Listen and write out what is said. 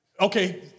okay